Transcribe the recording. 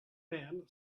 men